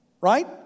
Right